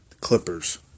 Clippers